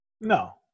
No